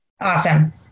Awesome